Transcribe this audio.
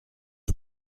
the